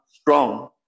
strong